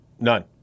None